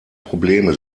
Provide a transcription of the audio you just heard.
probleme